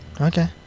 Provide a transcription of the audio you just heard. Okay